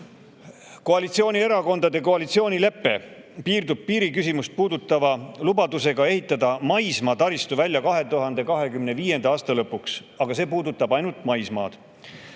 kaitsma. Koalitsioonierakondade koalitsioonilepe piirdub piiriküsimust puudutava lubadusega ehitada maismaataristu välja 2025. aasta lõpuks, aga see puudutab ainult maismaad.